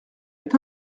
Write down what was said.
est